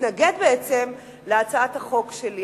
להתנגד בעצם להצעת החוק שלי.